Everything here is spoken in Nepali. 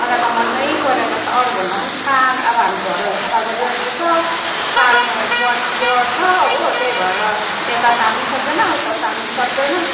मलाई त मनैपरेन स अरूभन्दा पनि सा अब हामी घरहरू सफा गरिरहनु पर्छ सार्नुपर्न पर्छ हो त्यही भएर यता सार्नु पनि सक्दैन उता सार्नु पनि सक्दैन